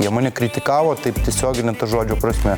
jie mane kritikavo taip tiesiogine to žodžio prasme